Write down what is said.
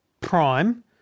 Prime